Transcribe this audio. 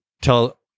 Tell